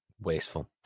Wasteful